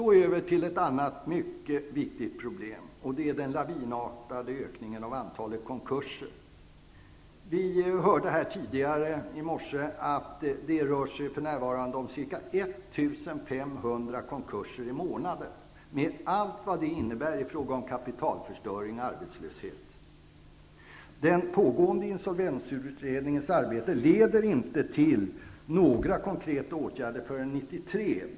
Nu över till ett mycket viktigt problem, nämligen den lavinartade ökningen av antalet konkurser. Tidigare hörde vi här i morse att det f.n. rör sig om ca 1 500 konkurser i månaden, med allt vad det innebär i form av kapitalförstöring och arbetslöshet. Den pågående insolvensutredningens arbete leder inte till några konkreta åtgärder förrän år 1993.